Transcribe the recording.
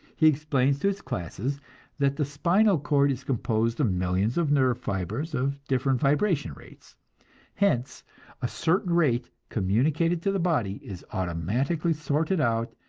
he explains to his classes that the spinal cord is composed of millions of nerve fibres of different vibration rates hence a certain rate communicated to the body, is automatically sorted out,